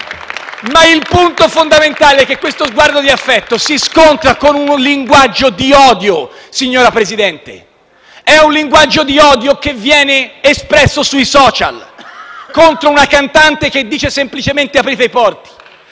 Il punto fondamentale è però che questo sguardo di affetto si scontra con un linguaggio di odio, signor Presidente, quel linguaggio di odio che, ad esempio viene espresso sui *social* contro una cantante che dice semplicemente di aprire i porti.